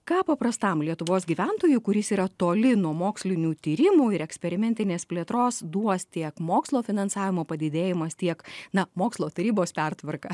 ką paprastam lietuvos gyventojui kuris yra toli nuo mokslinių tyrimų ir eksperimentinės plėtros duos tiek mokslo finansavimo padidėjimas tiek na mokslo tarybos pertvarka